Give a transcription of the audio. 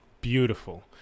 Beautiful